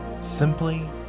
simply